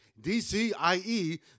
DCIE